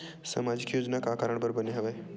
सामाजिक योजना का कारण बर बने हवे?